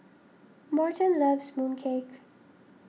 Morton loves Mooncake